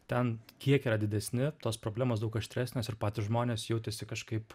ten kiekiai yra didesni tos problemos daug aštresnės ir patys žmonės jautėsi kažkaip